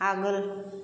आगोल